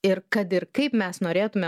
ir kad ir kaip mes norėtume